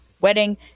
wedding